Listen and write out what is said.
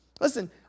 Listen